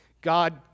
God